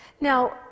Now